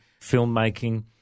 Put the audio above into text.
filmmaking